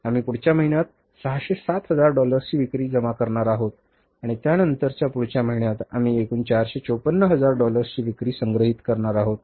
आम्ही पुढच्या महिन्यात 607 हजार डॉलर्सची विक्री जमा करणार आहोत आणि त्यानंतर पुढील महिन्यात आम्ही एकूण 454 हजार डॉलर्सची विक्री संग्रहित करणार आहोत